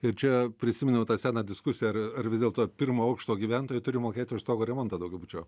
ir čia prisiminiau tą seną diskusiją ar ar vis dėlto pirmo aukšto gyventojai turi mokėti už stogo remontą daugiabučio